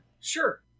Sure